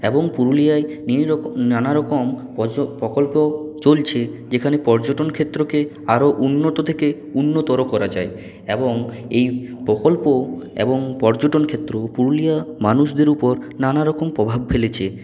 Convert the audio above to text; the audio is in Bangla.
এবং পুরুলিয়ায় এইরকম নানা রকম প্রকল্প চলছে যেখানে পর্যটনক্ষেত্রকে আরও উন্নত থেকে উন্নতর করা যায় এবং এই প্রকল্প এবং পর্যটনক্ষেত্র পুরুলিয়ার মানুষদের উপর নানা রকম প্রভাব ফেলেছে